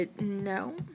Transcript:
no